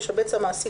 ישבץ המעסיק,